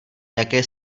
jaké